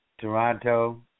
Toronto